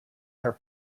her